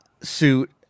suit